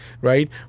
right